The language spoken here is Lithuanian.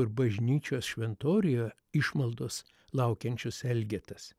ir bažnyčios šventoriuje išmaldos laukiančius elgetas